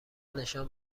نشان